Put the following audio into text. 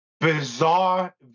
Bizarre